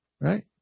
Right